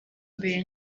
mbere